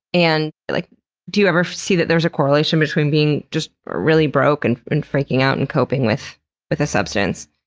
and like do you ever see that there's a correlation between being just really broke and and freaking out and coping with with a substance?